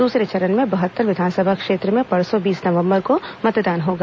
दूसरे चरण में बहत्तर विधानसभा क्षेत्रो में परसों बीस नवंबर को मतदान होगा